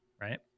right